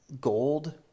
gold